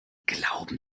glauben